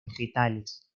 vegetales